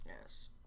Yes